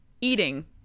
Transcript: eating